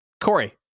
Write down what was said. Corey